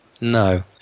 No